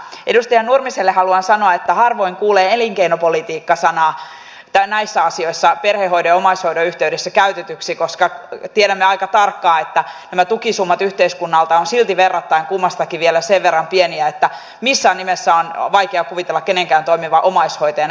edustaja nurmiselle haluan sanoa että harvoin kuulee elinkeinopolitiikka sanaa näissä asioissa perhehoidon ja omaishoidon yhteydessä käytettävän koska tiedämme aika tarkkaan että nämä tukisummat yhteiskunnalta ovat silti verrattaen kummastakin vielä sen verran pieniä että missään nimessä on vaikea kuvitella kenenkään toimivan omaishoitajana elinkeinopoliittisessa mielessä